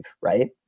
right